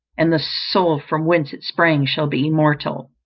and the soul from whence it sprang shall be immortal.